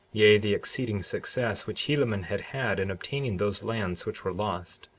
yea, the exceeding success which helaman had had, in obtaining those lands which were lost.